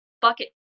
bucket